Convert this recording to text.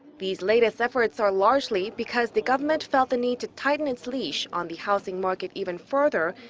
these latest efforts are largely because the government felt the need to tighten its leash on the housing market even further.